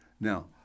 Now